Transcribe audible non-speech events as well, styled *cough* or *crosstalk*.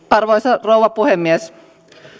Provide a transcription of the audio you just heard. *unintelligible* arvoisa rouva puhemies